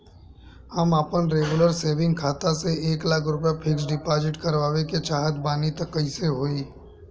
हम आपन regular saving खाता से एक लाख रुपया फिक्स डिपॉज़िट करवावे के चाहत बानी त कैसे होई?